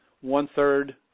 one-third